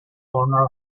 corner